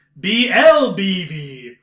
BLBV